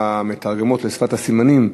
המתרגמות לשפת הסימנים,